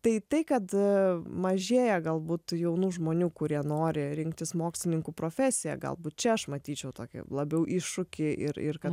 tai tai kad mažėja galbūt jaunų žmonių kurie nori rinktis mokslininkų profesiją galbūt čia aš matyčiau tokį labiau iššūkį ir ir kad